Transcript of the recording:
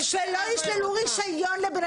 אבל אני לא --- שלא ישללו רישיון לבן